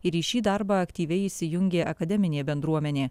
ir į šį darbą aktyviai įsijungė akademinė bendruomenė